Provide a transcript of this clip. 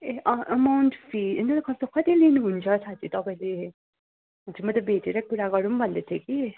ए amount fee कति लिनुहुन्छ साँच्ची तपाईँले हजुर म त भेटेरै कुरा गरौँ भन्दैथेँ कि